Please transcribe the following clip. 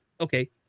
okay